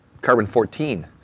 carbon-14